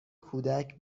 کودک